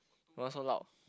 why so loud